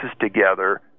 together